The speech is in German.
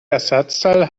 ersatzteil